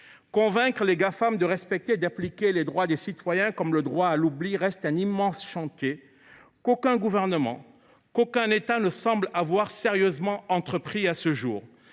Convaincre les Gafam de respecter et d’appliquer les droits des citoyens, tels que le droit à l’oubli, reste un immense chantier qu’aucun gouvernement, aucun État ne semble avoir sérieusement entrepris à ce jour.